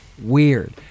Weird